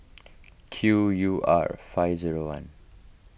Q U R five zero one